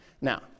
Now